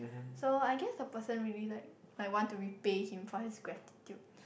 so I guess the person really like like want to repay him for his gratitude